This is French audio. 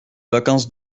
vacances